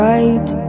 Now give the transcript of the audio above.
Right